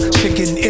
chicken